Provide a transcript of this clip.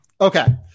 Okay